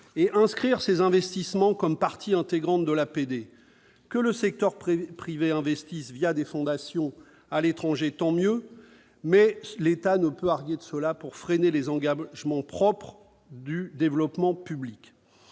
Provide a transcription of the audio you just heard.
et inscrire ces investissements comme partie intégrante de l'APD. Si le secteur privé investit à l'étranger des fondations, c'est tant mieux. Mais l'État ne peut arguer de ces initiatives pour freiner les engagements propres du développement public.